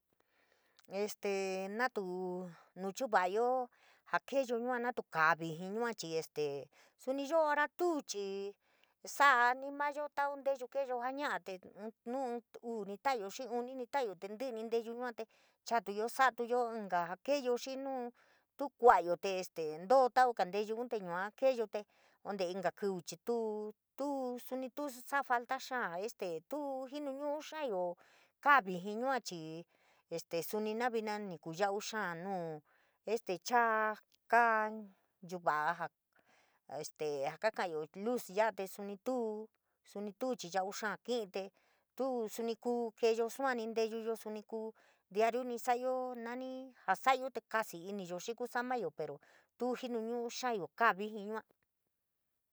Este natuu nu chuvayo jaa keeyo yua natu kaa vijiin yua, chii este suni ioo ora tuu, chii sa’ani mayo tau nteyuu jaa keeyo jaa ña’a, tee nuu ioo uu ni ta’ayo, xii uni ni ta’ayo, te ntí’ni nteyuu, yuate chaatuyo, sa’atuyo inka jaa keeyo xii nu tuu kua’ayo te este ntoo tauga nteyun te yua keeyo te ante inka kiuu chii tuu tuo suni tuu sa’a falta xaa es lte tuu jinu ñu’u xaayo kaa vijin yua chii este suni navina ninkuu yaúú xaa nuu este chaa kaa nchuva’a jaa este kakayo luz luz yaa te suni tuu, suni tuu chii, yauu xáá ki’i te tuu suni kuu keeyo syabu ntetuyo, suni kuu diariu ni sa’ayo nani jaa sa’ayo nani jaa sa’ayo te kasi iniyo xii kuusamayo pero tuu jinuñuu vijii yua.